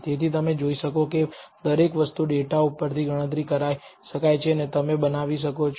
તેથી તમે જોઈ શકો છો કે દરેક વસ્તુ ડેટા ઉપરથી ગણતરી કરી શકાય છે અને તમે બનાવી શકો છો